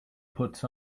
puts